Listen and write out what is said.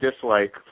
dislike